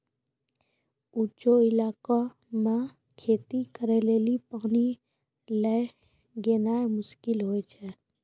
ऊंचो इलाका मे खेती करे लेली पानी लै गेनाय मुश्किल होय छै